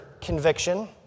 conviction